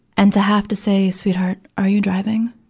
and to have to say, sweetheart, are you driving?